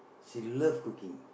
she love cooking